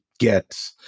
Get